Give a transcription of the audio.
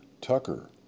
Tucker